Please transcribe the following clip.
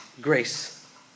grace